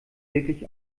wirklich